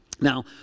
Now